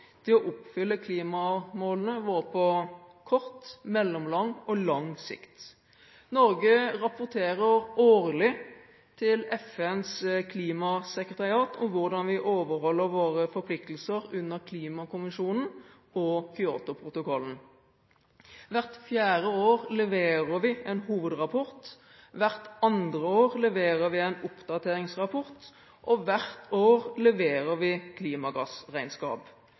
gjelder å oppfylle klimamålene våre på kort, mellomlang og lang sikt. Norge rapporterer årlig til FNs klimasekretariat om hvordan vi overholder våre forpliktelser under klimakonvensjonen og Kyoto-protokollen. Hvert fjerde år leverer vi en hovedrapport, hvert andre år leverer vi en oppdateringsrapport, og hvert år leverer vi klimagassregnskap.